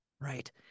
Right